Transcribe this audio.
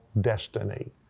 destiny